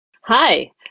Hi